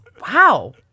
Wow